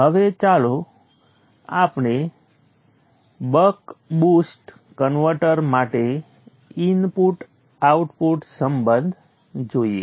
હવે ચાલો આપણે બક બુસ્ટ કન્વર્ટર માટે ઇનપુટ આઉટપુટ સંબંધ જોઈએ